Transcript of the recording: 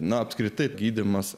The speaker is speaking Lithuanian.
na apskritai gydymas